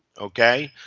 okay.